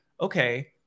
okay